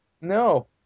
no